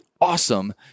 Awesome